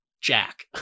Jack